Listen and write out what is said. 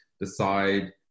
decide